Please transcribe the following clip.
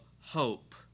hope